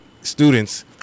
students